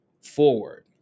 forward